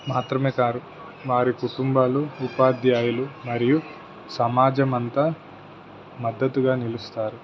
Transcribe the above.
మాత్రమే కారు వారి కుటుంబాలు ఉపాధ్యాయులు మరియు సమాజమంతా మద్దతుగా నిలుస్తారు